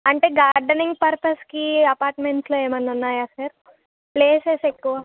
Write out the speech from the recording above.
అంటే గార్డెనింగ్ పర్పస్కి అపార్ట్మెంట్లో ఏమైనా ఉన్నాయా సార్ ప్లేసెస్ ఎక్కువ